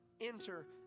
enter